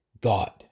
God